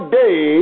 day